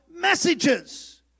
messages